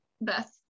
Beth